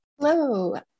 Hello